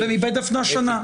ומבית דפנה שנה.